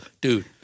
dude